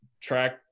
track